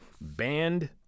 banned